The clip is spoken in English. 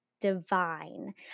divine